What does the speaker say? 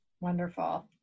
Wonderful